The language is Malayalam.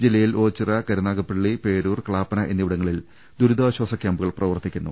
ജില്ലയിൽ ഓച്ചിറ കരുനാഗപ്പള്ളി പേരൂർ ക്ലാപ്പന എന്നിവിടങ്ങളിൽ ദുരിതാശ്വാസ കൃാമ്പുകൾ പ്രവർത്തിക്കുന്നു